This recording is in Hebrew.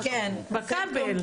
שמסתובב חסר